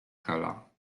hela